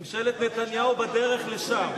ממשלת נתניהו בדרך לשם.